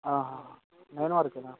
nine వరకేనా